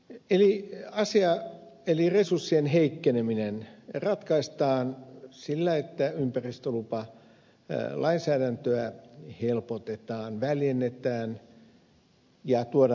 sitten asia eli resurssien heikkeneminen ratkaistaan sillä että ympäristölupalainsäädäntöä helpotetaan väljennetään ja tuodaan tämä sabluuna